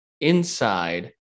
Inside